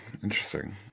Interesting